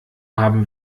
haben